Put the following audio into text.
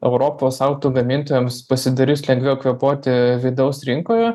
europos auto gamintojams pasidaris lengviau kvėpuoti vidaus rinkoje